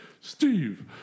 Steve